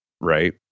right